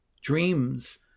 Dreams